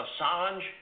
Assange